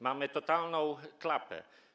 Mamy totalną klapę.